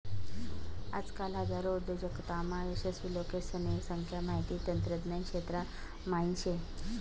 आजकाल हजारो उद्योजकतामा यशस्वी लोकेसने संख्या माहिती तंत्रज्ञान क्षेत्रा म्हाईन शे